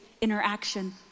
interaction